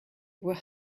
were